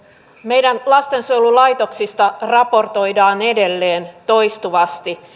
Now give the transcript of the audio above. meidän lastensuojelulaitoksista raportoidaan edelleen toistuvasti